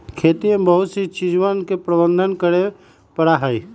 खेतिया में बहुत सी चीजवन के प्रबंधन करे पड़ा हई